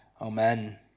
Amen